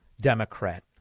Democrat